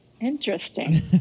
Interesting